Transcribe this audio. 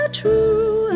true